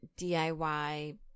DIY